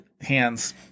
hands